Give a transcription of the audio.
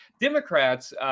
Democrats